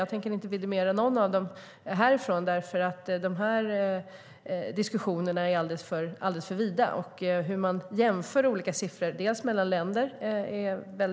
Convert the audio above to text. Jag tänker inte vidimera någon av dem härifrån, för dessa diskussioner är alldeles för vida. Det är ifrågasatt hur man jämför olika siffror mellan länder.